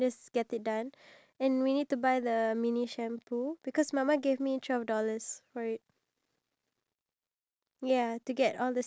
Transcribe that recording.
and then we can show them like okay so this is the our new lipstick collection here's a photo of it or we can edit cause I know how to include photos